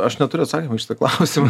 aš neturiu atsakymo į šitą klausimą